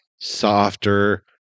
softer